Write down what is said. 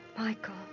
Michael